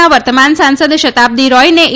ના વર્તમાન સાંસદ શતાબ્દી રાયને ઇ